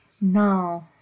No